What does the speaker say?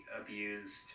abused